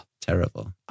terrible